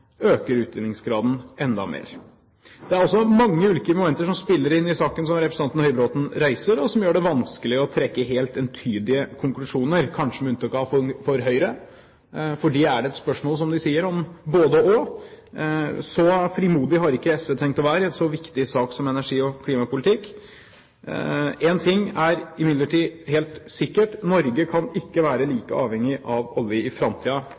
øker utvinningsgraden enda mer. Det er altså mange ulike momenter som spiller inn i saken som representanten Høybråten reiser, og som gjør det vanskelig å trekke helt entydige konklusjoner, kanskje med unntak av for Høyre. For dem er det et spørsmål, som de sier, om både–og. Så frimodige har ikke SV tenkt å være i en så viktig sak som energi- og klimapolitikk. Én ting er imidlertid helt sikkert: Norge kan ikke være like avhengig av olje i